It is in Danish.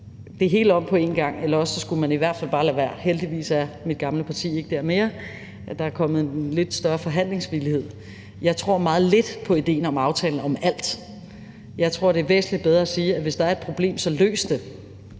det hele om på en gang, eller også skulle man i hvert fald bare lade være. Heldigvis er mit gamle parti ikke dér mere; der er kommet en lidt større forhandlingsvillighed. Jeg tror meget lidt på idéen om aftalen om alt. Jeg tror, det er væsentlig bedre at sige: Hvis der er et problem, så løs det.